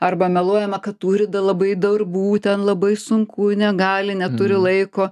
arba meluojama kad turi da labai darbų ten labai sunku negali neturi laiko